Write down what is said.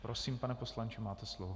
Prosím, pane poslanče, máte slovo.